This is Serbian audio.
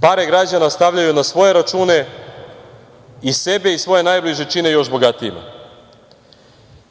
pare građana stavljaju na svoje račune i sebe i svoje najbliže čine još bogatijim.